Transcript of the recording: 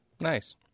nice